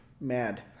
mad